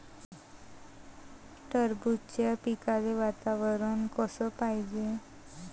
टरबूजाच्या पिकाले वातावरन कस पायजे?